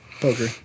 poker